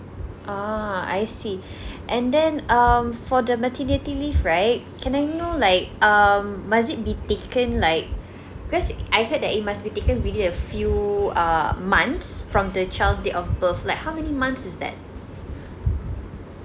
ah I see and then um for the maternity leave right can I know like um must it be taken like let's say I heard that it must be taken within a few uh months from the child's date of birth like how many months is that